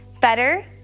better